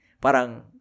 parang